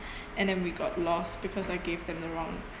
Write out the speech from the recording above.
and then we got lost because I gave them the wrong